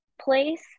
place